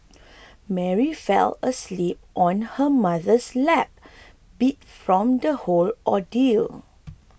Mary fell asleep on her mother's lap beat from the whole ordeal